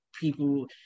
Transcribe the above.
people